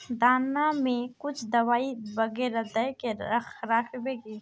दाना में कुछ दबाई बेगरा दय के राखबे की?